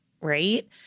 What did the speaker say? right